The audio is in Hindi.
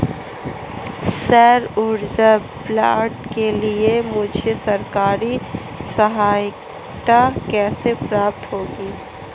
सौर ऊर्जा प्लांट के लिए मुझे सरकारी सहायता कैसे प्राप्त होगी?